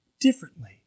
differently